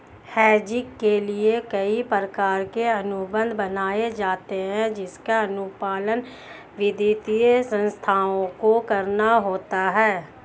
hedging के लिए कई प्रकार के अनुबंध बनाए जाते हैं जिसका अनुपालन वित्तीय संस्थाओं को करना होता है